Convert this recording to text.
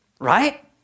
right